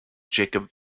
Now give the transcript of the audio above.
jacob